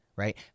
Right